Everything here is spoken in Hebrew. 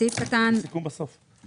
בסעיף קטן (א),